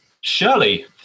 Shirley